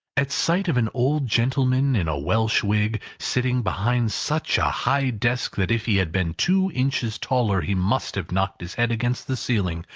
at sight of an old gentleman in a welsh wig, sitting behind such a high desk, that if he had been two inches taller he must have knocked his head against the ceiling,